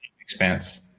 expense